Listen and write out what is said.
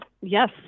yes